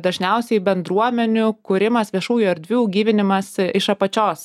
dažniausiai bendruomenių kūrimas viešųjų erdvių gyvinimas iš apačios